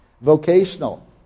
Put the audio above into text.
Vocational